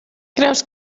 creus